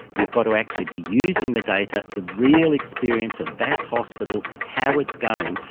you've got to actually be using the data, the real experience of that hospital, how it's going,